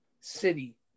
city